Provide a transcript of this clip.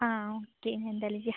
ആ ഓക്കെ ഞാൻ എന്തായാലും ചെയ്യാം